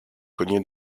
cogné